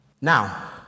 Now